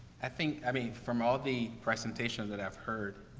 i think, i mean, from all the presentations that i've heard,